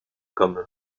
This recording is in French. comme